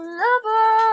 lover